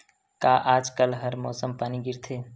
का आज कल हर मौसम पानी गिरथे?